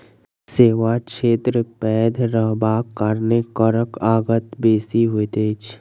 सेवा क्षेत्र पैघ रहबाक कारणेँ करक आगत बेसी होइत छै